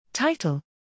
Title